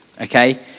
Okay